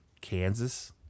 Kansas